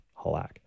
Halak